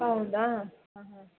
ಹೌದಾ ಹಾಂ ಹಾಂ